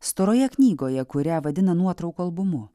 storoje knygoje kurią vadina nuotraukų albumu